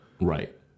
Right